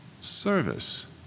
service